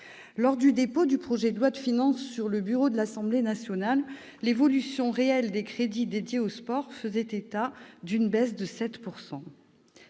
Lors du dépôt du projet de loi de finances sur le bureau de l'Assemblée nationale, l'évolution réelle des crédits dédiés au sport faisait état d'une baisse de 7 %.